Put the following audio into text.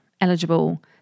eligible